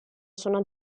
suona